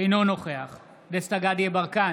אינו נוכח דסטה גדי יברקן,